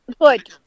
Good